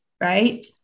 right